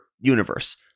universe